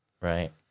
right